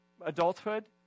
adulthood